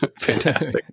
fantastic